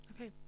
Okay